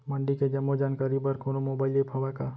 मंडी के जम्मो जानकारी बर कोनो मोबाइल ऐप्प हवय का?